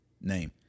name